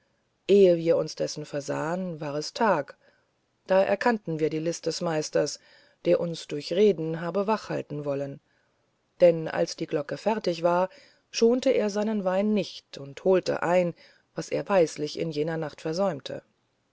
ehe wir uns dessen versahen war es tag da erkannten wir die list des meisters daß er uns durch reden habe wach halten wollen denn als die glocke fertig war schonte er seinen wein nicht und holte ein was er weislich in jener nacht versäumte